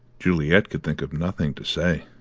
juliet could think of nothing to say.